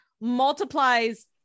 multiplies